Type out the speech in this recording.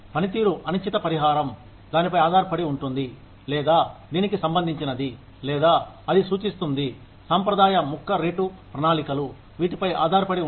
పనితీరు అనిశ్చిత పరిహారం దానిపై ఆధారపడి ఉంటుంది లేదా దీనికి సంబంధించినది లేదా అది సూచిస్తుంది సాంప్రదాయ ముక్క రేటు ప్రణాళికలు వీటిపై ఆధారపడి ఉంటాయి